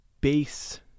base